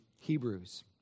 Hebrews